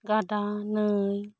ᱜᱟᱰᱟ ᱱᱟᱹᱭ